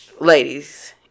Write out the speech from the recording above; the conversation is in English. Ladies